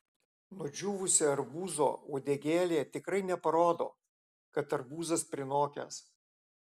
nudžiūvusi arbūzo uodegėlė tikrai neparodo kad arbūzas prinokęs